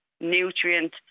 nutrient